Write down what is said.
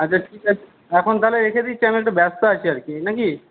আচ্ছা ঠিক আছে এখন তাহলে রেখে দিচ্ছি আমি একটু ব্যস্ত আছি আর কি না কি